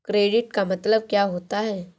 Credit का मतलब क्या होता है?